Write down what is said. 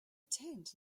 tent